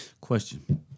Question